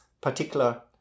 particular